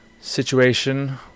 situation